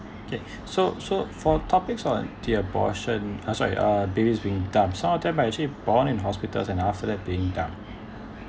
okay so so for topics one the abortion uh sorry uh babies being dumped some of them might actually born in hospitals and after that being dumped